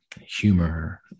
humor